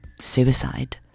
suicide